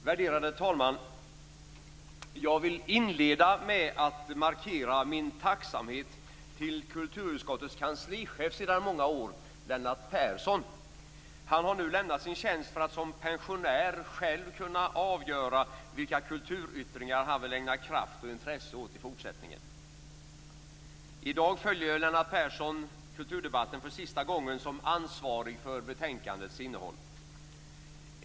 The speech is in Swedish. Värderade talman! Jag vill inleda med att markera min tacksamhet gentemot kulturutskottets kanslichef sedan många år, Lennart Persson. Han har nu lämnat sin tjänst för att som pensionär själv kunna avgöra vilka kulturyttringar han vill ägna kraft och intresse åt i fortsättningen. I dag följer Lennart Persson kulturdebatten för sista gången som ansvarig för betänkandets innehåll.